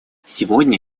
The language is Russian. сегодня